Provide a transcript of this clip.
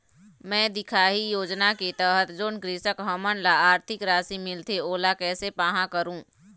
मैं दिखाही योजना के तहत जोन कृषक हमन ला आरथिक राशि मिलथे ओला कैसे पाहां करूं?